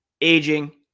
aging